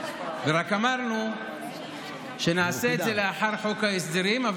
ורק אמרנו שנעשה את זה לאחר חוק ההסדרים.